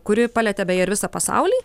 kuri palietė beje ir visą pasaulį